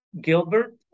Gilbert